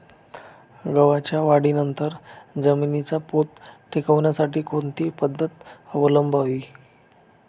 गव्हाच्या काढणीनंतर जमिनीचा पोत टिकवण्यासाठी कोणती पद्धत अवलंबवावी?